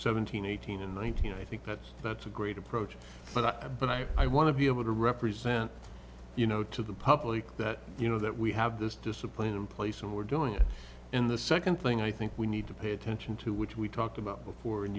seventeen eighteen and nineteen i think that's that's a great approach but i but i i want to be able to represent you know to the public that you know that we have this discipline in place and we're doing it in the second thing i think we need to pay attention to which we talked about before and